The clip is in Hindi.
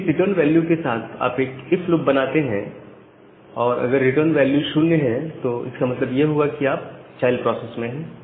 यदि इस रिटर्न वैल्यू के साथ आप एक इफ लूप बनाते हैं और अगर रिटर्न वैल्यू 0 है तो इसका मतलब यह हुआ कि आप चाइल्ड प्रोसेस में है